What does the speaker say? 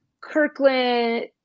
Kirkland